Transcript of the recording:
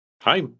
Hi